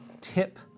tip